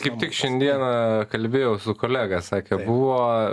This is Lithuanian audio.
kaip tik šiandieną kalbėjau su kolega sakė buvo